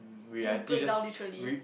you break down this actually